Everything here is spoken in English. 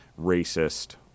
racist